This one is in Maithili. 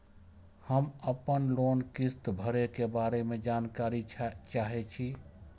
हम आपन लोन किस्त भरै के बारे में जानकारी चाहै छी?